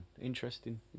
interesting